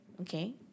okay